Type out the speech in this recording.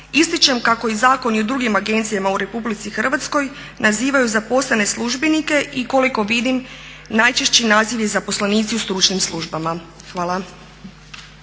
Ističem kako i zakoni o drugim agencijama u RH nazivaju zaposlene službenike i koliko vidim najčešći naziv je zaposlenici u stručnim službama. Hvala.